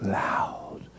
loud